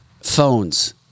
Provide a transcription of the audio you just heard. phones